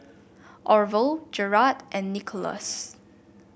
Orval Jerad and Nicholaus